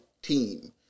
Team